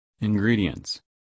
Ingredients